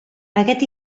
aquest